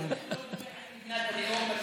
לדבר על מדינת הלאום,